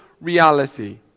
reality